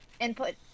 input